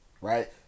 Right